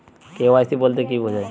KYC বলতে কি বোঝায়?